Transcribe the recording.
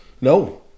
No